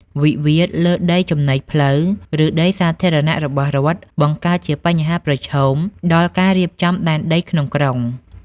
វិវាទលើដីចំណីផ្លូវ ឬដីសាធារណៈរបស់រដ្ឋ បង្កើតជាបញ្ហាប្រឈមដល់ការរៀបចំដែនដីក្នុងក្រុង។